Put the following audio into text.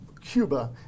cuba